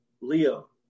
Leo